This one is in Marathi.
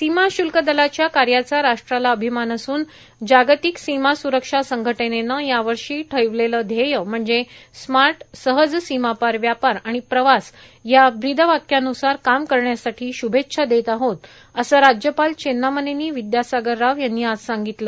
सीमा श्ल्क दलाच्या कार्याचा राष्ट्राला अभिमान असून जागतिक सीमा सुरक्षा संघटनेने यावर्षी ठेवलेले ध्येय म्हणजे स्मार्ट सहज सीमापार व्यापार आणि प्रवास या ब्रीद वाक्या न्सार काम करण्यासाठी श्भेच्छा देत आहोत असे राज्यपाल चेन्नामनेनी विद्यासागर राव यांनी आज सांगितलं